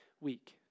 week